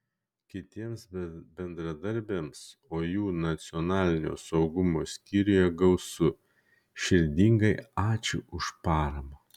kitiems bendradarbiams o jų nacionalinio saugumo skyriuje gausu širdingai ačiū už paramą